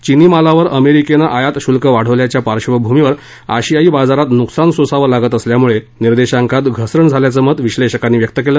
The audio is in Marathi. चिनी मालावर अमेरिकेनं आयातशुल्क वाढवल्याच्या पार्श्वभूमीवर आशियाई बाजारात नुकसान सोसावं लागत असल्यामुळे निर्देशांकात घसरण झाल्याचं मत विश्लेषकांनी व्यक्त केलं